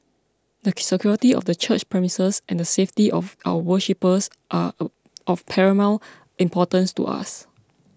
the security of the church premises and the safety of our worshippers are of paramount importance to us